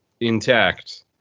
intact